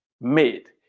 made